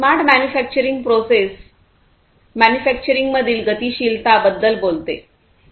smart manufacturing process मॅन्युफॅक्चरिंगमधील गतिशीलता बद्दल बोलते